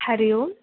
हरिः ओम्